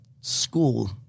school